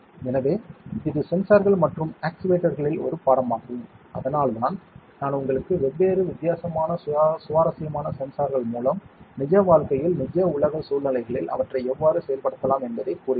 எனவே இது சென்சார்கள் மற்றும் ஆக்சுவேட்டர்களில் ஒரு பாடமாகும் அதனால்தான் நான் உங்களுக்கு வெவ்வேறு வித்தியாசமான சுவாரஸ்யமான சென்சார்கள் மூலம் நிஜ வாழ்க்கையில் நிஜ உலக சூழ்நிலைகளில் அவற்றை எவ்வாறு செயல்படுத்தலாம் என்பதை கூறுகிறேன்